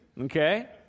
okay